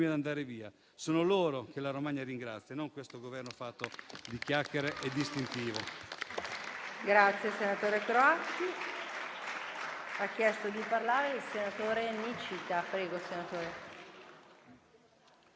ad andare via. Sono loro che la Romagna ringrazia, non questo Governo fatto di chiacchiere e distintivo.